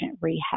rehab